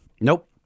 Nope